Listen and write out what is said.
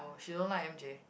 she don't like M_J